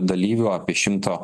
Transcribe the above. dalyvių apie šimto